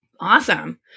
Awesome